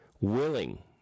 willing